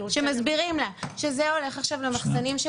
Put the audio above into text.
כשמסבירים לה שזה הולך עכשיו למחסנים של